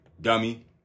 dummy